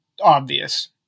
obvious